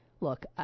Look